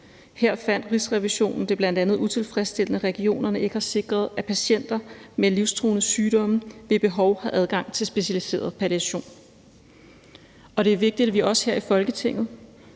Her fandt Rigsrevisionen det bl.a. utilfredsstillende, at regionerne ikke har sikret, at patienter med livstruende sygdomme ved behov har adgang til specialiseret palliation. Det er vigtigt, at vi også her i Folketinget